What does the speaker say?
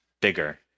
bigger